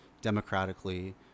democratically